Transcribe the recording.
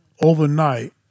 overnight